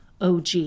OG